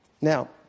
Now